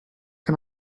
can